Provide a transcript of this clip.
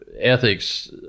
ethics